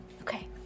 Okay